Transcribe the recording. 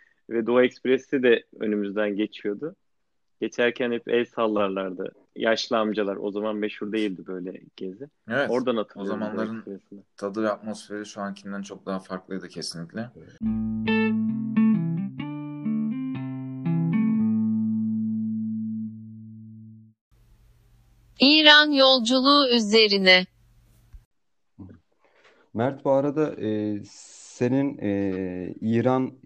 Ve Doğu Ekspresi de önümüzden geçiyordu. Geçerken hep el sallarlardı. Yaşlı amcalar, o zaman meşhur değildi böyle gezi. Evet, Yani oradan o hatırlıyorum Doğu zamanların Ekspresi'ni. tadı ve atmosferi şu ankinden çok daha farklıydı kesinlikle. İran yolculuğu üzerine. Mert, bu arada, e, senin, e, İran-